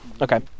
Okay